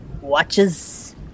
Watches